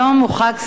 היום הוא חג שמח,